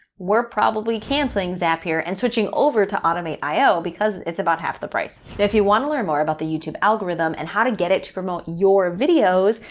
we're probably canceling zapier and switching over to automate io because it's about half the price. if you want to learn more about the youtube algorithm and how to get it to promote your videos,